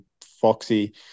Foxy